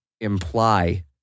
imply